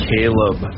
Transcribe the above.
Caleb